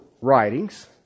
writings